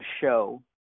show